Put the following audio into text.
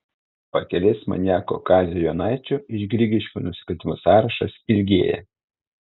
pakelės maniako kazio jonaičio iš grigiškių nusikaltimų sąrašas ilgėja